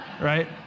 right